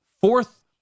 Fourth